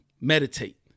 meditate